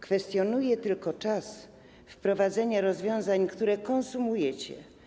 Kwestionuję tylko czas wprowadzenia rozwiązań, które konsumujecie.